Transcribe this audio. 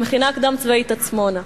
המכינה הקדם-צבאית "עצמונה".